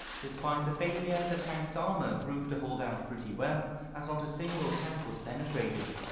despite the failure, the tank's armour proved to hold out pretty well as not a single tank was penetrated.